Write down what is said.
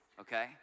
okay